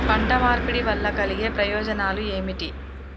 పంట మార్పిడి వల్ల కలిగే ప్రయోజనాలు ఏమిటి?